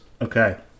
okay